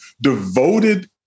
devoted